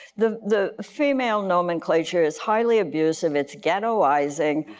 the the female nomenclature is highly abusive. it's ghettoizing.